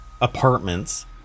apartments